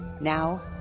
Now